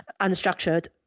unstructured